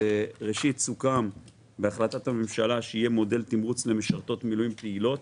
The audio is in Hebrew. סוכם בהחלטת ממשלה שיהיה מודל תמרוץ למשרתות מילואים פעילות